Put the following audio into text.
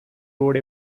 road